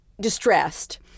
distressed